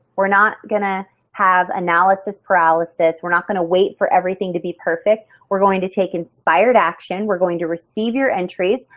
we're not going to have analysis paralysis. we're not going to wait for everything to be perfect. we're going to take inspired action. we're going to receive your entries.